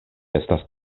estas